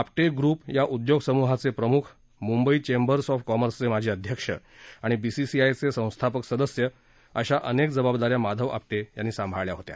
Apte group या उद्योगसमूहाचे प्रम्ख म्ंबई चेंबर्स ऑफ कॉमर्सचे माजी अध्यक्ष आणि बीसीआयचे संस्थापक सदस्य अशा अनेक जबाबदाऱ्या माधव आपटे यांनी सांभाळल्या होत्या